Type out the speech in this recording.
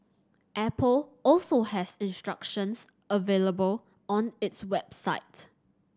Apple also has instructions available on its website